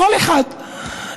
קול אחד,